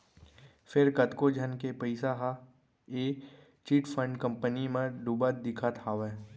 फेर कतको झन के पइसा ह ए चिटफंड कंपनी म डुबत दिखत हावय